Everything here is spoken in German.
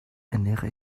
ernähre